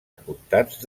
apuntats